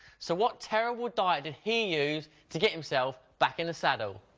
so what terrible diet did he use to get himself back in the saddle?